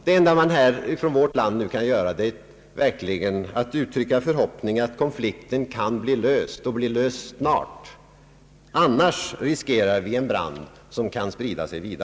Det enda vi i vårt land kan göra är att uttrycka en förhoppning om att konflikten snart skall bli löst, annars riskerar vi en brand som kan sprida sig vida.